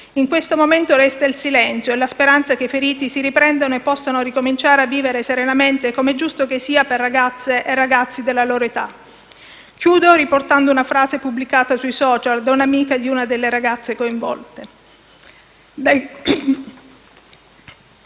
In questo momento resta il silenzio e la speranza che i feriti si riprendano e possano ricominciare a vivere serenamente, com'è giusto che sia per ragazze e ragazzi della loro età. Concludo riportando una frase pubblicata sui *social* da un'amica di una delle ragazze coinvolte: